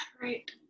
Right